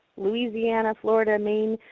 louisiana, florida, maine,